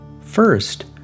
First